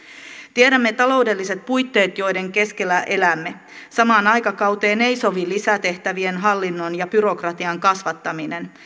tiedämme taloudelliset puitteet joiden keskellä elämme samaan aikakauteen ei sovi lisätehtävien hallinnon ja byrokratian kasvattaminen